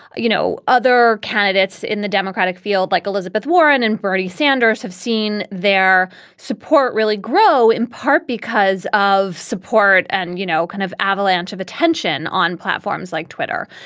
you know other candidates in the democratic field like elizabeth warren and bernie sanders have seen their support really grow in part because of support and you know kind of avalanche of attention on platforms like twitter.